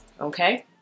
Okay